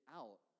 out